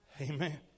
Amen